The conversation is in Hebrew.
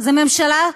זו ממשלה,